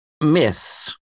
myths